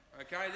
Okay